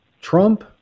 Trump